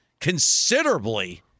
considerably